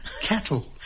Cattle